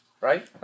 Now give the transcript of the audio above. Right